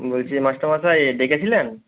বলছি যে মাস্টারমশাই ডেকেছিলেন